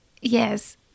Yes